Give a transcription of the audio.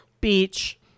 beach